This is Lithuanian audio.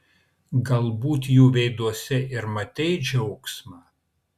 galbūt jų veiduose ir matei džiaugsmą